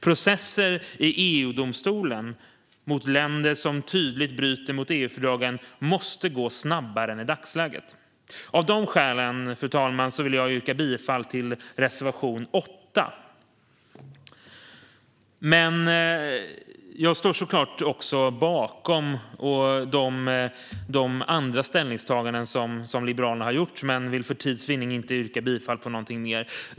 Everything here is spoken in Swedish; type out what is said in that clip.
Processer i EU-domstolen mot länder som tydligt bryter mot EU-fördragen måste gå snabbare än i dagsläget. Av de skälen, fru talman, vill jag yrka bifall till reservation 8. Jag står såklart också bakom de andra ställningstaganden som Liberalerna har gjort men vill för tids vinnande inte yrka bifall till någonting mer.